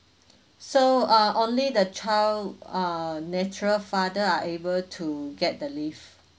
so uh only the child err natural father are able to get the leave